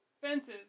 fences